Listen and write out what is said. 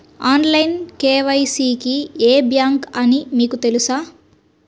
Online KYC కి ఏ bank అని మీకు తెలుసా?